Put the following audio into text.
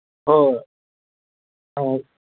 ꯑꯣ ꯑꯧ